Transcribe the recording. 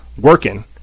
working